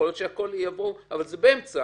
זה באמצע